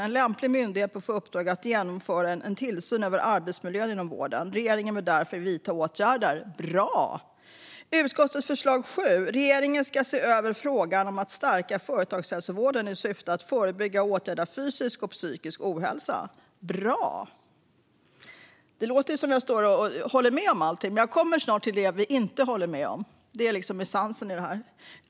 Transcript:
En lämplig myndighet bör få i uppdrag att genomföra en tillsyn över arbetsmiljön inom vården. Regeringen bör därefter vidta åtgärder." Bra! Utskottets förslag punkt 7: "Regeringen ska se över frågan om att stärka företagshälsovården i syfte att förebygga och åtgärda fysisk och psykisk ohälsa." Bra! Det låter som om jag håller med om allt, men jag kommer snart till det vi inte håller med om. Det är liksom essensen i detta.